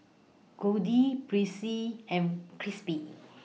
Goldie Percy and Krissy B